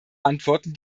antworten